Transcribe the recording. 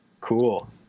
Cool